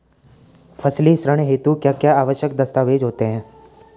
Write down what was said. फसली ऋण हेतु क्या क्या आवश्यक दस्तावेज़ होते हैं?